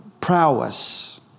prowess